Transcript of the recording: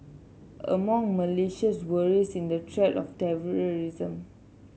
among Malaysia's worries in the threat of terrorism